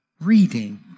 reading